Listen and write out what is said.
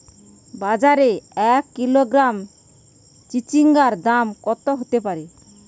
বাজারে এক কিলোগ্রাম চিচিঙ্গার দাম কত হতে পারে?